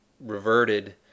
reverted